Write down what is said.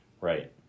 Right